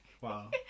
wow